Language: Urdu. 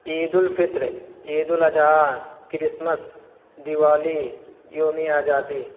عیدالفطر عیدالاضحیٰ کرسمس دیوالی یومِ آزادی